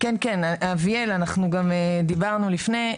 אביאל אנחנו גם דיברנו לפני,